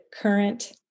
current